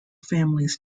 families